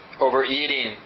overeating